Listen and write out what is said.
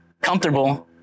comfortable